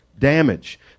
damage